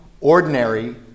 ordinary